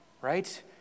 right